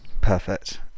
perfect